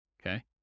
okay